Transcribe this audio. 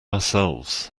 ourselves